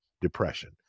depression